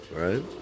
right